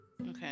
Okay